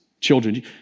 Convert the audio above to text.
children